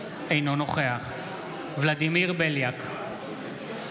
אינו נוכח ולדימיר בליאק,